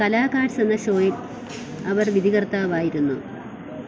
കലാകാർസ് എന്ന ഷോയിൽ അവർ വിധികർത്താവായിരുന്നു